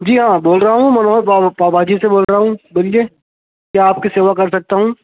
جی ہاں بول رہا ہوں منوہر پاؤ بھاجی سے بول رہا ہوں بولیے کیا آپ کی سیوا کرسکتا ہوں